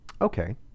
okay